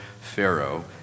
Pharaoh